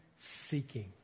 seeking